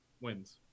wins